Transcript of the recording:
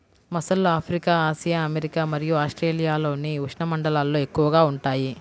మొసళ్ళు Africa, Asia, America మరియు ఆస్ట్రేలియాలోని ఉష్ణమండలాల్లో ఎక్కువగా ఉంటాయి